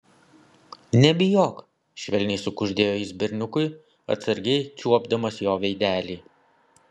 nebijok švelniai sukuždėjo jis berniukui atsargiai čiuopdamas jo veidelį